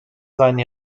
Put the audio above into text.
seinen